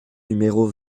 numéro